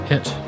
Hit